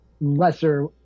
lesser